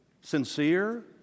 Sincere